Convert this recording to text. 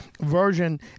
version